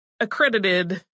accredited